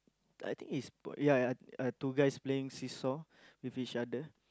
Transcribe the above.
I think is ya ya uh two guys playing seesaw with each other